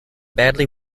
badly